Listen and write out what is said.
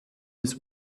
his